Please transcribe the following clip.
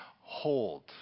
hold